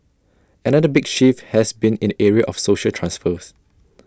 another big shift has been in the area of social transfers